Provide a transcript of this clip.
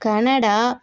Canada